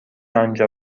آنجا